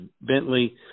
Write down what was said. Bentley